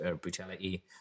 brutality